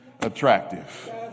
attractive